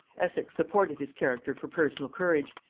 essex supported his character for personal courage,